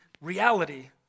reality